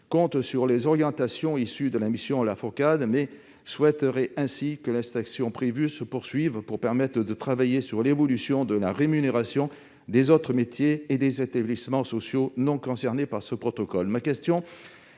comptent sur les orientations issues de la mission Laforcade et souhaitent que l'extension prévue se poursuive, pour permettre de travailler sur l'évolution de la rémunération des autres métiers et des établissements sociaux non concernés par ce protocole.